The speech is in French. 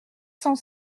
cent